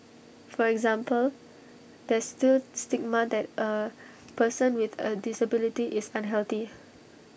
for example there's still stigma that A person with A disability is unhealthy